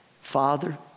Father